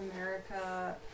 America